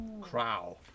Crow